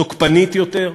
תוקפנית יותר,